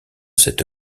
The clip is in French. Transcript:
cette